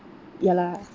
ya lah